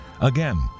Again